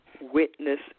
witness